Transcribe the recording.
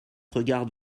regarde